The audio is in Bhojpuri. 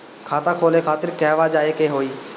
खाता खोले खातिर कहवा जाए के होइ?